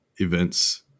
events